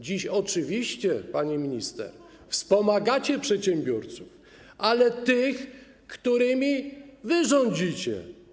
Dziś oczywiście, pani minister, wspomagacie przedsiębiorców, ale tych, którymi wy rządzicie.